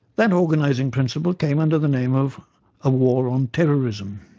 that organising principle came under the name of a war on terrorism,